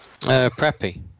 Preppy